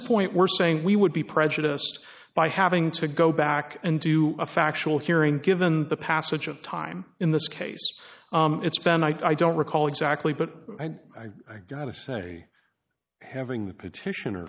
point we're saying we would be prejudiced by having to go back and do a factual hearing given the passage of time in this case it's been i don't recall exactly but i gotta say having the petitioner